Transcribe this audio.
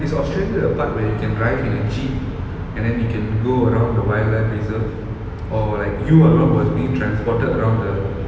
is australia a park where you can drive in a jeep and then you can go around the wildlife reserve or like you along was being transported around the